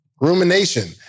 Rumination